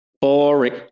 Boring